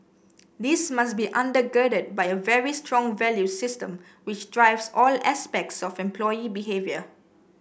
this must be under girded by a very strong values system which drives all aspects of employee behaviour